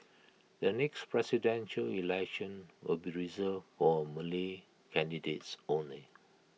the next Presidential Election will be reserved for Malay candidates only